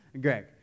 Greg